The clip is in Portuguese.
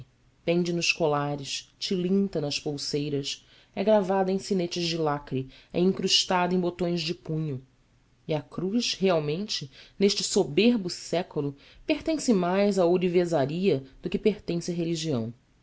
pende nos colares tilinta nas pulseiras é gravada em sinetes de lacre é incrustada em botões de punho e a cruz realmente neste soberbo século pertence mais à ourivesaria do que pertence à religião